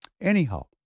Anyhow